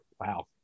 wow